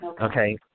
Okay